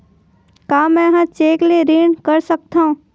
का मैं ह चेक ले ऋण कर सकथव?